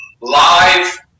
live